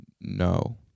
no